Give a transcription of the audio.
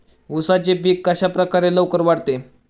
उसाचे पीक कशाप्रकारे लवकर वाढते?